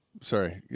sorry